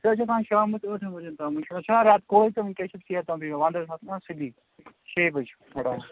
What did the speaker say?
أسۍ حظ چھِ آسان شامس ٲٹھَن بَجَن تانۍ از چھُ نہ ریٚتکول تہٕ ونکیٚس چھِ ژیر تام بہوان وندَس چھِ آسان سُلے شے بج تام